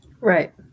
Right